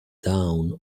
down